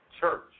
Church